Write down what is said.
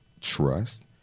trust